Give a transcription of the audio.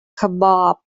kebab